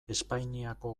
espainiako